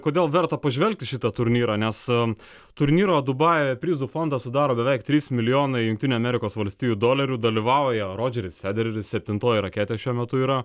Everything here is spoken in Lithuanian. kodėl verta pažvelgt į šitą turnyrą nes turnyro dubajuje prizų fondą sudaro beveik trys milijonai jungtinių amerikos valstijų dolerių dalyvauja rodžeris federeris septintoji raketė šiuo metu yra